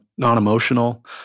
Non-emotional